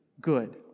good